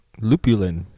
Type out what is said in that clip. Lupulin